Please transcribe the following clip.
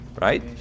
right